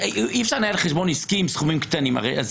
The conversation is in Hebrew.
אי- אפשר לנהל חשבון עסקי עם סכומים קטנים.